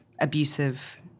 abusive